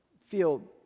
feel